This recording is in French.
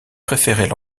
préféraient